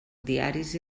diaris